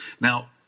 Now